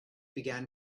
began